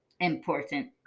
important